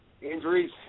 injuries